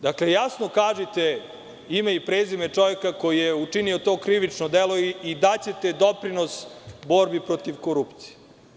Dakle, jasno kažite ime i prezime čoveka koji je učinio to krivično delo i daćete doprinos borbi protiv korupcije.